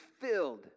filled